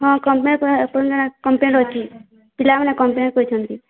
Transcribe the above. ହଁ କମ୍ପ୍ଲେନ୍ ଆପଣ ଜଣେ କମ୍ପ୍ଲେନ୍ ଅଛି ପିଲାମାନେ କମ୍ପ୍ଲେନ୍ କରିଛନ୍ତି